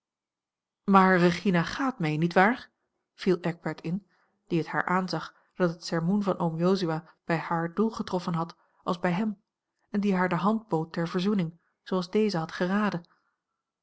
maar regina gaat mee niet waar viel eckbert in die het haar aanzag dat het sermoen van oom jozua bij haar doel getroffen had als bij hem en die haar de hand bood ter verzoening zooals deze had geraden